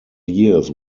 years